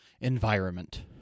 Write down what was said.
environment